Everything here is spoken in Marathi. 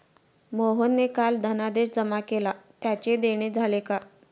मोहनने काल धनादेश जमा केला त्याचे देणे झाले का?